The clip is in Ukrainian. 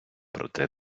проте